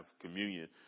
communion